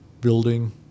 Building